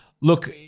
look